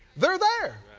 they're there.